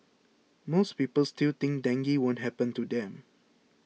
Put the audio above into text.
most people still think dengue won't happen to them